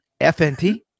FNT